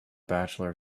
bachelor